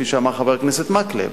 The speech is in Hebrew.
כפי שאמר חבר הכנסת מקלב.